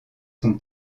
son